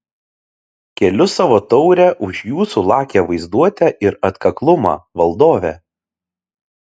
keliu savo taurę už jūsų lakią vaizduotę ir atkaklumą valdove